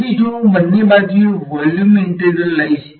તેથી જો હું બંને બાજુએ વોલ્યુમ ઇન્ટિગ્રલ લઈશ